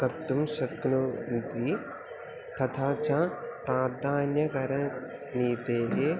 कर्तुं शक्नुवन्ति तथा च प्राधान्यकरं नीतेः